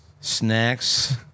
Snacks